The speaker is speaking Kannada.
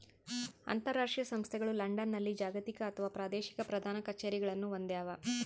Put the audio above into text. ಅಂತರಾಷ್ಟ್ರೀಯ ಸಂಸ್ಥೆಗಳು ಲಂಡನ್ನಲ್ಲಿ ಜಾಗತಿಕ ಅಥವಾ ಪ್ರಾದೇಶಿಕ ಪ್ರಧಾನ ಕಛೇರಿಗಳನ್ನು ಹೊಂದ್ಯಾವ